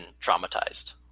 traumatized